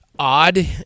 odd